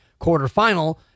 quarterfinal